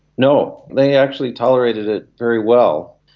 no, they actually tolerated it very well.